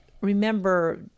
remember